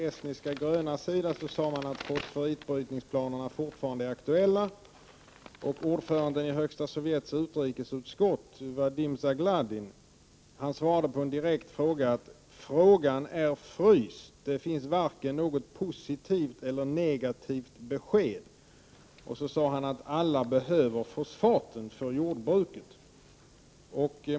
Från de grönas sida i Estland sade man att fosforitbrytningsplanerna fortfarade är aktuella. Ordföranden i högsta Sovjets utrikesutskott, Vadim Zagladin, svarade att frågan är fryst, och det finns varken positivt eller negativt besked. Han sade vidare att alla behöver fosfat för jordbruket.